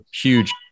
huge